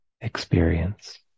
experience